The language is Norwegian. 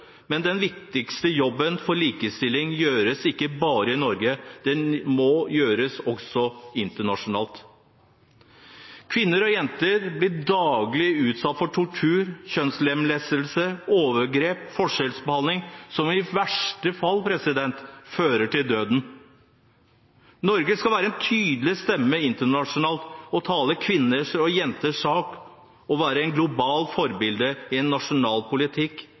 men den viktigste jobben for likestilling gjøres ikke bare i Norge, den må gjøres også internasjonalt. Kvinner og jenter blir daglig utsatt for tortur, kjønnslemlestelse, overgrep og forskjellsbehandling, som i verste fall fører til døden. Norge skal være en tydelig stemme internasjonalt, tale kvinners og jenters sak og være et globalt forbilde i vår nasjonale politikk.